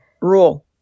Rule